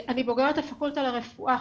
אני בוגרת הפקולטה לרפואה,